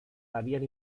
habían